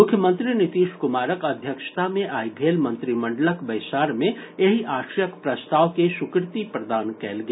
मुख्यमंत्री नीतीश कुमारक अध्यक्षता मे आइ भेल मंत्रिमंडलक बैसार मे एहि आशयक प्रस्ताव के स्वीकृति प्रदान कयल गेल